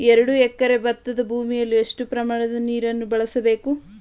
ಎರಡು ಎಕರೆ ಭತ್ತದ ಭೂಮಿಗೆ ಎಷ್ಟು ಪ್ರಮಾಣದ ನೀರನ್ನು ಬಳಸಬೇಕು?